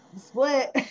split